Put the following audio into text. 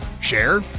Share